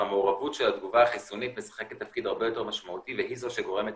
המעורבות של התגובה החיסונית משחק תפקיד הרבה יותר משמעותי והיא זו שגורמת